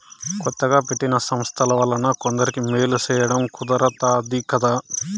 కొత్తగా పెట్టిన సంస్థల వలన కొందరికి మేలు సేయడం కుదురుతాది కదా